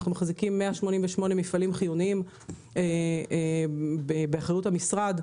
אנחנו מחזיקים 188 מפעלים חיוניים באחריות המשרד.